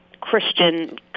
christian